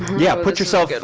yeah, put yourself, yeah